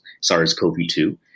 SARS-CoV-2